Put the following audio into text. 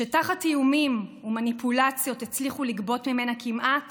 תחת איומים ומניפולציות הצליחו לגבות ממנה כמעט